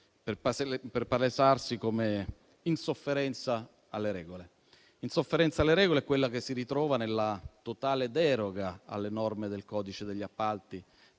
per palesarsi come insofferenza alle regole. Insofferenza alle regole è quella che si ritrova nella totale deroga alle norme del codice degli appalti